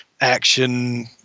action